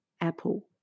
apple